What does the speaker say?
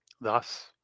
thus